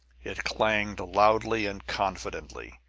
it clanged loudly and confidently,